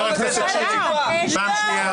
חבר הכנסת שירי, פעם שנייה.